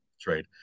trade